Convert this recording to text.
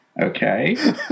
Okay